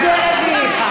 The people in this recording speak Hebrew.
אז נר רביעי.